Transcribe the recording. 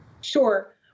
Sure